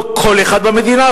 לא כל אחד במדינה,